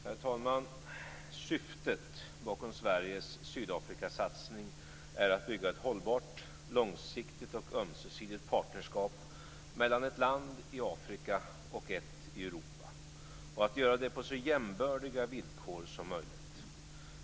Herr talman! Syftet bakom Sveriges Sydafrikasatsning är att bygga ett hållbart, långsiktigt och ömsesidigt partnerskap mellan ett land i Afrika och ett i Europa, och att göra det på så jämbördiga villkor som möjligt.